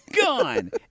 gone